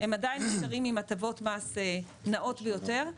הם עדיין נשארים עם הטבות מס נאות ביותר.